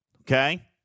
okay